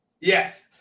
Yes